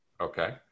Okay